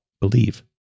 believe